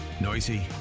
Noisy